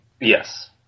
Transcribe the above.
Yes